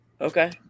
okay